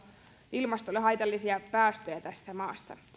ilmastolle haitallisia päästöjä tässä maassa